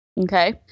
Okay